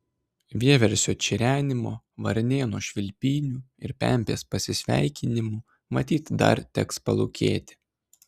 vieversio čirenimo varnėno švilpynių ir pempės pasisveikinimų matyt dar teks palūkėti